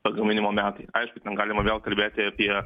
pagaminimo metai aišku ten galima vėl kalbėti apie